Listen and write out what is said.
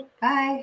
Bye